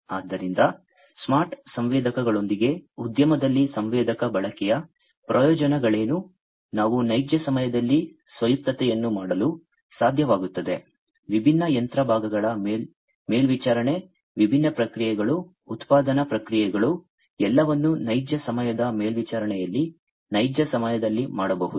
ಆದ್ದರಿಂದ ಸ್ಮಾರ್ಟ್ ಸಂವೇದಕಗಳೊಂದಿಗೆ ಉದ್ಯಮದಲ್ಲಿ ಸಂವೇದಕ ಬಳಕೆಯ ಪ್ರಯೋಜನಗಳೇನು ನಾವು ನೈಜ ಸಮಯದಲ್ಲಿ ಸ್ವಾಯತ್ತತೆಯನ್ನು ಮಾಡಲು ಸಾಧ್ಯವಾಗುತ್ತದೆ ವಿಭಿನ್ನ ಯಂತ್ರ ಭಾಗಗಳ ಮೇಲ್ವಿಚಾರಣೆ ವಿಭಿನ್ನ ಪ್ರಕ್ರಿಯೆಗಳು ಉತ್ಪಾದನಾ ಪ್ರಕ್ರಿಯೆಗಳು ಎಲ್ಲವನ್ನೂ ನೈಜ ಸಮಯದ ಮೇಲ್ವಿಚಾರಣೆಯಲ್ಲಿ ನೈಜ ಸಮಯದಲ್ಲಿ ಮಾಡಬಹುದು